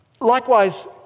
Likewise